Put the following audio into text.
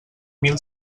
mil